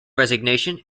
resignation